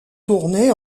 tournées